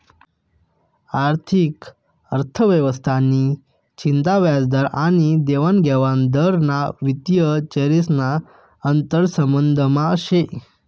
आर्थिक अर्थव्यवस्था नि चिंता व्याजदर आनी देवानघेवान दर ना वित्तीय चरेस ना आंतरसंबंधमा से